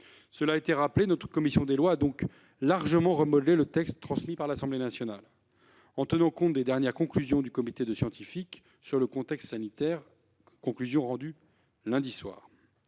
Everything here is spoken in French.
Cela a été rappelé, notre commission des lois a donc assez largement remodelé le texte transmis par l'Assemblée nationale en tenant compte des dernières conclusions du comité de scientifiques sur le contexte sanitaire, rendues lundi soir.